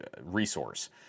resource